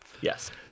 yes